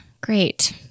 Great